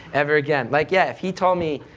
ever again, like yeah, if he told me,